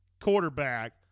Quarterback